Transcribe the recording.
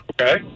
Okay